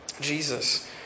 Jesus